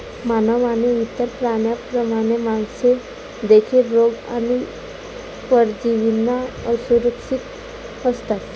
मानव आणि इतर प्राण्यांप्रमाणे, मासे देखील रोग आणि परजीवींना असुरक्षित असतात